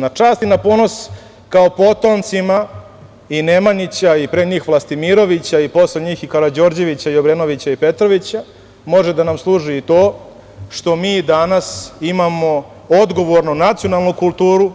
Na čast i na ponos kao potomcima i Nemanjića i pre njih Vlastimirovića i posle njih i Karađorđevića, i Obrenovića, i Petrovića, može da nam služi i to što mi danas imamo odgovornu nacionalnu kulturu